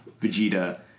Vegeta